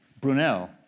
Brunel